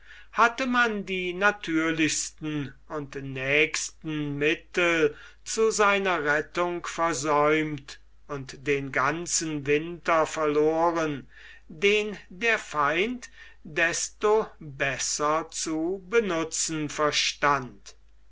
hatte man die natürlichsten und nächsten mittel zu seiner rettung versäumt und den ganzen winter verloren den der feind desto besser zu benutzen verstand